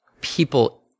people